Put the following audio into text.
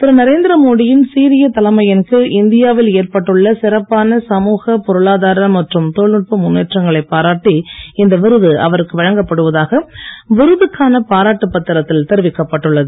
திரு நரேந்திரமோடியின் சீரிய தலைமையின் கீழ் இந்தியாவில் ஏற்பட்டுள்ள சிறப்பான சமூக பொருளாதார மற்றும் தொழில்நுட்ப முன்னேற்றங்களை பாராட்டி இந்த விருது அவருக்கு வழங்கப்படுவதாக விருதுக்கான பாராட்டு பத்திரத்தில் தெரிவிக்கப்பட்டுள்ளது